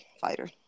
fighter